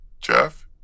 Jeff